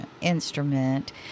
instrument